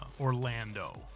Orlando